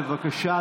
בבקשה,